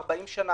ל-40 שנה,